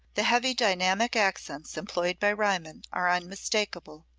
the heavy dynamic accents employed by riemann are unmistakable.